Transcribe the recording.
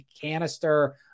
canister